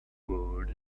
world